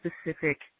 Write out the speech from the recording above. specific